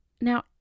Now